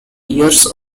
years